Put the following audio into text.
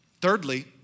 Thirdly